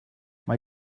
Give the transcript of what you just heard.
mae